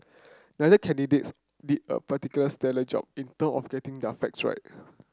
neither candidates did a particularly stellar job in term of getting their facts right